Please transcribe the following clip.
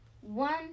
one